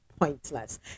pointless